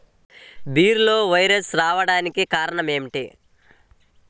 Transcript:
బీరలో వైరస్ రావడానికి కారణం ఏమిటి?